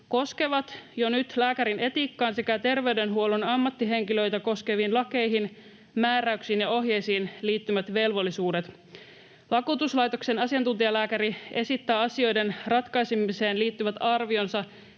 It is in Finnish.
koskevat jo nyt lääkärin etiikkaan sekä terveydenhuollon ammattihenkilöitä koskeviin lakeihin, määräyksiin ja ohjeisiin liittyvät velvollisuudet. Vakuutuslaitoksen asiantuntijalääkäri esittää asioiden ratkaisemiseen liittyvät arvionsa